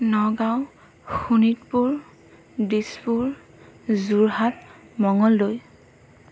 Nagaon Sonitpur Dispur Jorhat Mangaldai